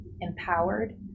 empowered